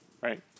right